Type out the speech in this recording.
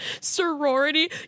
sorority